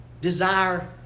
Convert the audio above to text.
desire